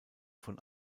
von